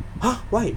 !huh! why